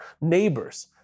neighbors